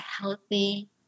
healthy